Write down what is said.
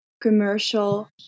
commercial